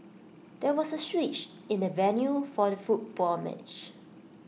there was A switch in the venue for the football match